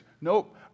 Nope